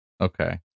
Okay